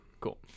Cool